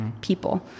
people